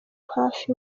hafi